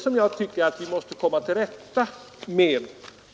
Det är detta som vi måste komma till rätta med.